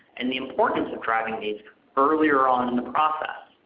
and the importance of driving these earlier on in the process.